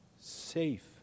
safe